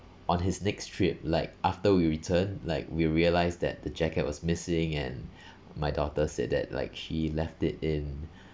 on his next trip like after we returned like we realized that the jacket was missing and my daughter said that like she left it in